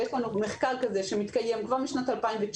יש לנו מחקר כזה שמתקיים כבר משנת 2019,